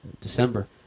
December